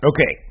Okay